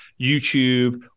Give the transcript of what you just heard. YouTube